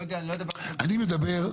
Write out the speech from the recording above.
אני מדבר,